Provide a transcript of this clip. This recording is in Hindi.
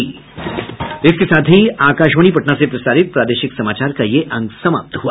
इसके साथ ही आकाशवाणी पटना से प्रसारित प्रादेशिक समाचार का ये अंक समाप्त हुआ